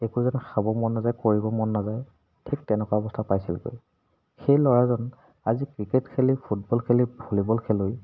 একোযেন খাব মন নাযায় কৰিব মন নাযায় ঠিক তেনেকুৱা অৱস্থা পাইছিলগৈ সেই ল'ৰাজন আজি ক্ৰিকেট খেলি ফুটবল খেলি ভলীবল খেলুৱৈ